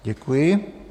Děkuji.